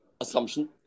assumption